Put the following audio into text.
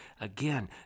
again